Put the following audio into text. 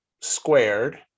squared